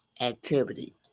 activity